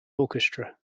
orchestra